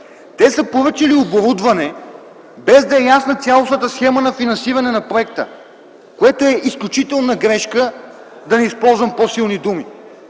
те са поръчали оборудване, без да е ясна цялостната схема на финансиране на проекта, което е изключителна грешка, да не използвам по-силни думи.